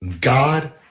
God